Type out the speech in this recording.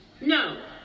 No